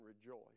rejoice